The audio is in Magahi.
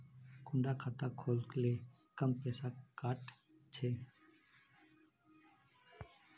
कुंडा खाता खोल ले कम पैसा काट छे?